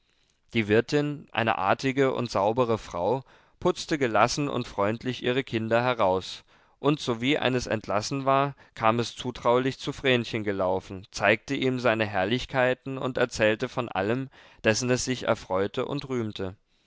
die wirtin eine artige und saubere frau putzte gelassen und freundlich ihre kinder heraus und sowie eines entlassen war kam es zutraulich zu vrenchen gelaufen zeigte ihm seine herrlichkeiten und erzählte von allem dessen es sich erfreute und rühmte